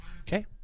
Okay